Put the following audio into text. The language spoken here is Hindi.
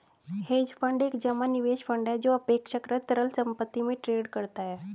हेज फंड एक जमा निवेश फंड है जो अपेक्षाकृत तरल संपत्ति में ट्रेड करता है